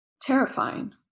terrifying